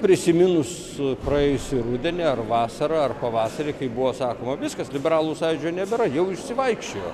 prisiminus praėjusį rudenį ar vasarą ar pavasarį kai buvo sakoma viskas liberalų sąjūdžio nebėra jau išsivaikščiojo